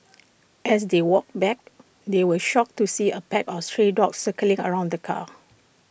as they walked back they were shocked to see A pack of stray dogs circling around the car